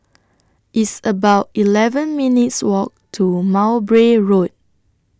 It's about eleven minutes' Walk to Mowbray Road